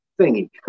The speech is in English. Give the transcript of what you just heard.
thingy